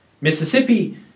Mississippi